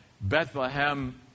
Bethlehem